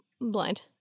blind